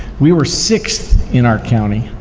we were sixth in our county,